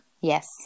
yes